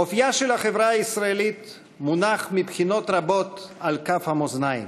אופייה של החברה הישראלית מונח מבחינות רבות על כף המאזניים,